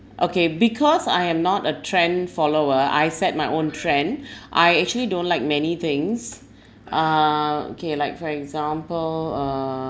okay because I am not a trend follower I set my own trend I actually don't like many things uh okay like for example uh